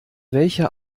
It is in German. welcher